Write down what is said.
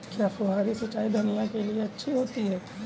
क्या फुहारी सिंचाई धनिया के लिए अच्छी होती है?